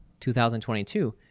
2022